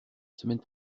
semaine